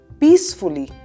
peacefully